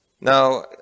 Now